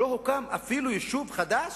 לא הוקם אפילו יישוב חדש.